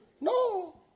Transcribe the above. No